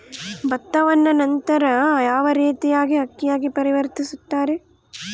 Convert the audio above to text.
ಭತ್ತವನ್ನ ನಂತರ ಯಾವ ರೇತಿಯಾಗಿ ಅಕ್ಕಿಯಾಗಿ ಪರಿವರ್ತಿಸುತ್ತಾರೆ?